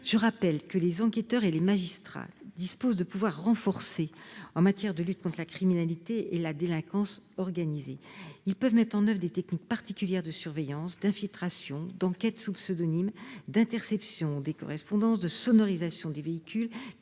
organisée. Les enquêteurs et magistrats disposent de pouvoirs renforcés en matière de lutte contre la criminalité et la délinquance organisées. Ils peuvent mettre en oeuvre des techniques particulières de surveillance, d'infiltration, d'enquête sous pseudonyme, d'interception des correspondances et de sonorisation des véhicules,